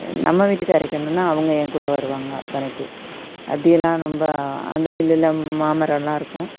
நம்ம வீட்டுக்கு அரைக்கணும்னா அவங்க ஏங்கூட வருவாங்க துணைக்கு அப்படியெல்லாம் ரொம்ப அந்தமில்லில் மாமரம்லாம் இருக்கும்